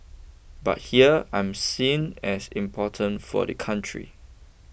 but here I am seen as important for the country